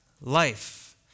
life